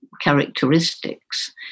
characteristics